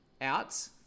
out